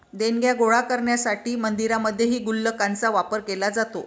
देणग्या गोळा करण्यासाठी मंदिरांमध्येही गुल्लकांचा वापर केला जातो